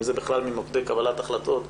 אם זה בכלל ממוקדי קבלת החלטות,